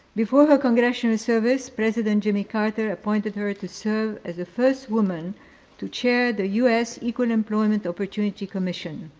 before her congressional service, president jimmy carter appointed her to serve as the first woman to chair the u s. equal employment opportunity commission.